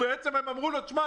הם אמרו לו: תשמע,